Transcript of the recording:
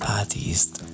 artists